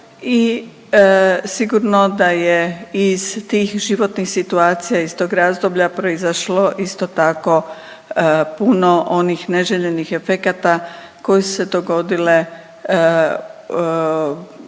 i sigurno da je i iz tih životnih situacija iz tog razdoblja proizašlo isto tako puno onih neželjenih efekata koji su se dogodile svakom